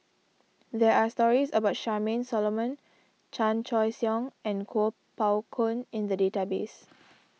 there are stories about Charmaine Solomon Chan Choy Siong and Kuo Pao Kun in the database